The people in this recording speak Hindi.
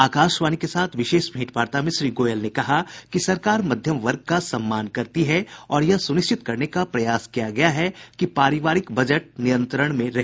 आकाशवाणी के साथ विशेष भेंट वार्ता में श्री गोयल ने कहा कि सरकार मध्यम वर्ग का सम्मान करती है और यह सुनिश्चित करने का प्रयास किया गया है कि पारिवारिक बजट नियंत्रण में रहे